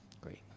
Great